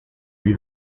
lui